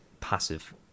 passive